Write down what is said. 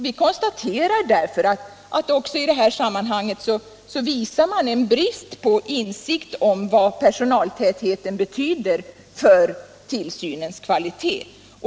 Vi konstaterar därför att man också i detta sammanhang visar en brist på insikt om vad personaltätheten betyder för tillsynens kvalitet.